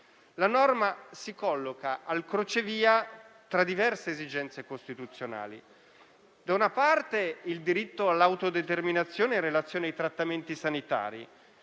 La norma si colloca al crocevia tra diverse esigenze costituzionali: da una parte, il diritto all'autodeterminazione in relazione ai trattamenti sanitari;